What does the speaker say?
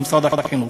במשרד החינוך,